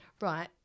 Right